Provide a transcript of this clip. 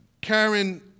Karen